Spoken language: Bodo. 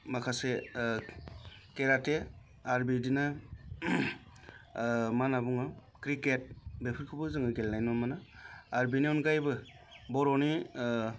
माखासे केराटि आरो बिदिनो मा होन्ना बुङो क्रिकेट बेफोरखौबो जोङो गेलेनाय नुनो मोनो आरो बेनि अनगायैबो बर'नि